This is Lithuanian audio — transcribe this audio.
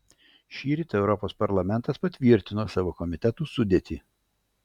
šįryt europos parlamentas patvirtino savo komitetų sudėtį